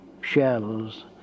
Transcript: shells